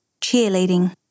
cheerleading